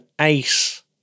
ace